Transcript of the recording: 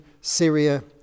Syria